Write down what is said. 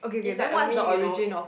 it's like a meme you know